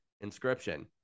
Inscription